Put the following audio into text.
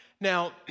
Now